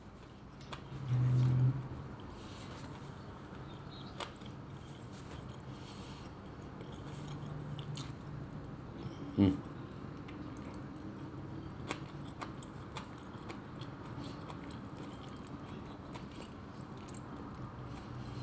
mm